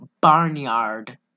Barnyard